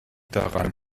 daran